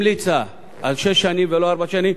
המליצה על שש שנים ולא על ארבע שנים